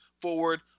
forward